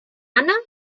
anna